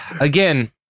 again